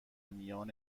میان